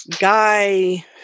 guy